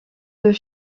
deux